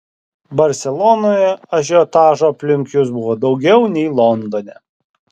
barselonoje ažiotažo aplink jus buvo daugiau nei londone